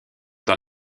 dans